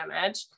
damage